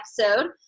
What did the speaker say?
episode